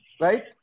Right